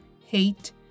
hate